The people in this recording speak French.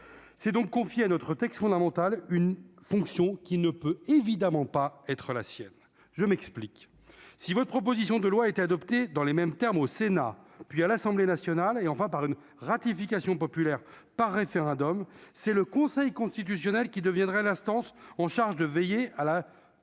c'est donc confié à notre texte fondamental, une fonction qui ne peut évidemment pas être la sienne, je m'explique : si votre proposition de loi a été adoptée dans les mêmes termes au Sénat puis à l'Assemblée nationale, et enfin par une ratification populaire par référendum, c'est le Conseil constitutionnel qui deviendrait l'instance en charge de veiller à la